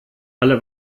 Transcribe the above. alle